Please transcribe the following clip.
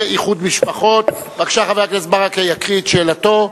פה, אני יכול לקרוא את שאלתו,